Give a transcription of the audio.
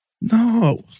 no